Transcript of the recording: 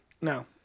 No